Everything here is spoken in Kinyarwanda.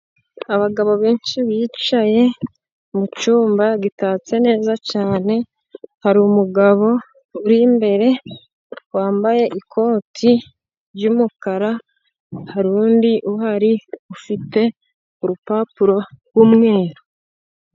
Abagabo benshi bicaye mu cyumba gitatse neza cyane, hari umugabo uri mbere wambaye ikoti ry'umukara, hari undi uhari ufite urupapuro rw'umweru.